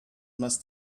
must